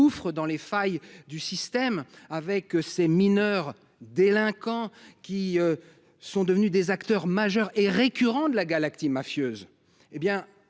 dans les failles du système, des mineurs délinquants deviennent des acteurs majeurs et récurrents de la galaxie mafieuse.